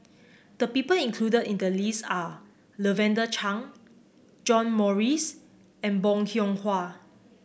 the people included in the list are Lavender Chang John Morrice and Bong Hiong Hwa